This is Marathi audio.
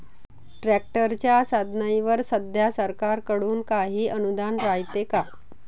ट्रॅक्टरच्या साधनाईवर सध्या सरकार कडून काही अनुदान रायते का?